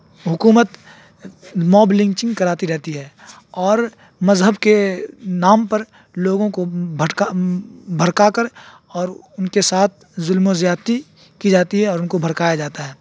حکومت mob lynching کراتی رہتی ہے اور مذہب کے نام پر لوگوں کو بھٹکا بھڑکا کر اور ان کے ساتھ ظلم و زیادتی کی جاتی ہے اور ان کو بھڑکایا جاتا ہے